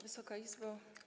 Wysoka Izbo!